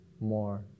more